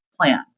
plan